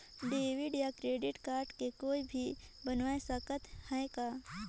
Debit या credit card के कोई भी बनवाय सकत है का?